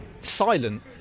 silent